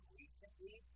recently